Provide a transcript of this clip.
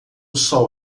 sol